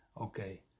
Okay